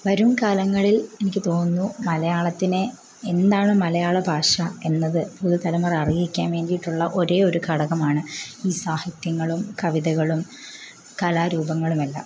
വരും കാലങ്ങളിൽ എനിക്ക് തോന്നുന്നു മലയാളത്തിനെ എന്താണ് മലയാളഭാഷ എന്നത് പുതു തലമുറ അറിയിക്കാൻ വേണ്ടിയിട്ടുള്ള ഒരേ ഒരു ഘടകമാണ് ഈ സാഹിത്യങ്ങളും കവിതകളും കലാരൂപങ്ങളുമെല്ലാം